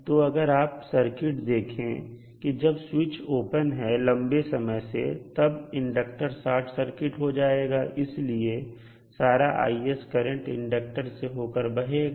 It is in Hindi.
तो अगर आप सर्किट देखें कि जब स्विच ओपन है लंबे समय से तब इंडक्टर शॉर्ट सर्किट हो जाएगा इसलिए सारा Is करंट इंडक्टर से होकर बहेगा